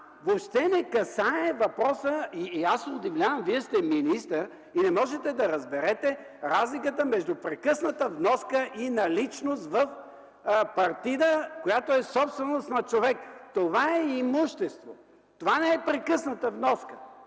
въобще не касае въпроса. И аз се удивлявам – Вие сте министър и не можете да разберете разликата между прекъсната вноска и наличност в партида, която е собственост на човека. Това е имущество, това не е прекъсната вноска.